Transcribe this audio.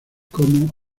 como